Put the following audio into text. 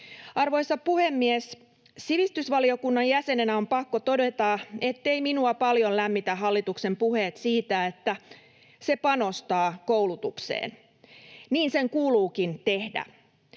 Arvoisa puhemies! Sivistysvaliokunnan jäsenenä on pakko todeta, etteivät minua paljon lämmitä hallituksen puheet siitä, että se panostaa koulutukseen — niin sen kuuluukin tehdä.